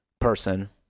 person